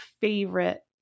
favorite